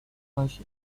کاش